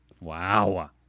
Wow